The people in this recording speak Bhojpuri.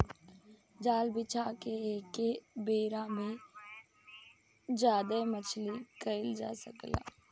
जाल बिछा के एके बेरा में ज्यादे मछली धईल जा सकता